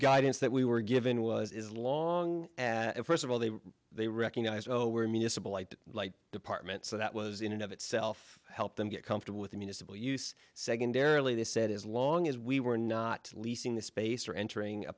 guidance that we were given was is long and first of all they they recognize oh we're municipal light the light department so that was in and of itself help them get comfortable with the municipal use secondarily they said as long as we were not leasing this space or entering a